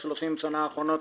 ב-30 השנים האחרונות,